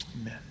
Amen